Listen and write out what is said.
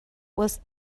was